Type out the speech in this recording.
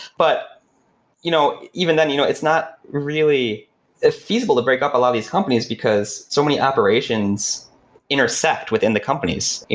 but you know even then, you know it's not really ah feasible to break up a lot of these companies, because so many operations intersect within the companies.